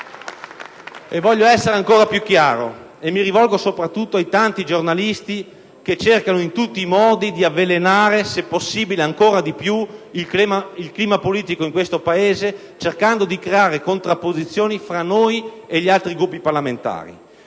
E voglio essere ancora più chiaro, e mi rivolgo soprattutto ai tanti giornalisti che cercano in tutti i modi di avvelenare, se possibile ancora di più, il clima politico in questo Paese, cercando di creare contrapposizioni tra noi e gli altri Gruppi parlamentari.